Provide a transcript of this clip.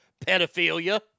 Pedophilia